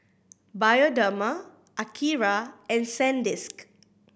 Bioderma Akira and Sandisk